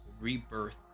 rebirth